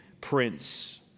prince